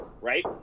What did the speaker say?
right